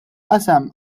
qasam